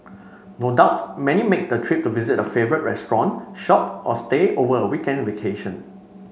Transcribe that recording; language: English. no doubt many make the trip to visit a favourite restaurant shop or stay over a weekend vacation